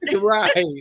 Right